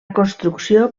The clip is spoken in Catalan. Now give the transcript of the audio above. construcció